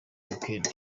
weekend